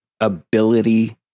ability